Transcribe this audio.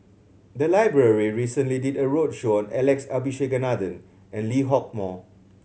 the library recently did a roadshow on Alex Abisheganaden and Lee Hock Moh